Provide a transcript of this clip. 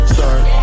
Start